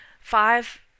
five